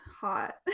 hot